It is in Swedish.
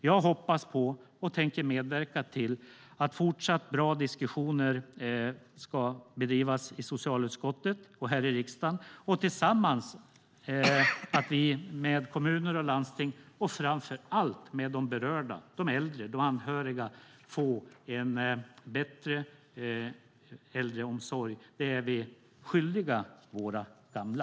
Jag hoppas på och tänker medverka till att fortsatt bra diskussioner ska bedrivas i socialutskottet och i hela riksdagen så att vi tillsammans med kommuner och landsting och framför allt de berörda, de äldre och de anhöriga, får en bättre äldreomsorg. Det är vi skyldiga våra gamla.